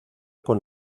con